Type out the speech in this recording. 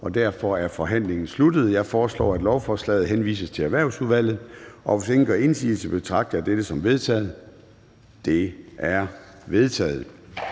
og derfor er forhandlingen sluttet. Jeg foreslår, at lovforslaget henvises til Erhvervsudvalget. Hvis ingen gør indsigelse, betragter jeg dette som vedtaget. Det er vedtaget.